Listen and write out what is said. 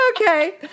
Okay